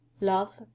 love